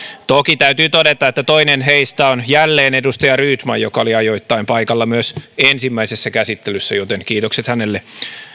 toki täytyy todeta että toinen heistä on jälleen edustaja rydman joka oli ajoittain paikalla myös ensimmäisessä käsittelyssä joten kiitokset hänelle